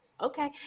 okay